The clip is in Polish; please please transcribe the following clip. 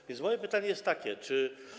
A więc moje pytanie jest takie, czy.